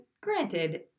granted